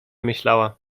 myślała